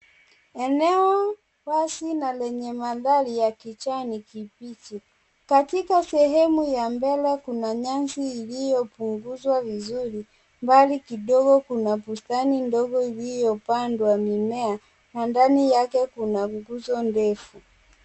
Eneo wazi na lenye mandhari ya kijani kibichi katika sehemu ya mbele kuna nyasi iliyopunguzwa vizuri , mbali kidogo kuna bustani ndogo iliyopandwa mimea na ndani yake kuna nguzo ndefu.